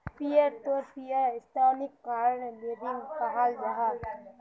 peer to peer ऋन्नोक crowd lending कहाल जाहा